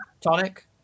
tonic